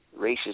racist